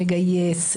לגייס,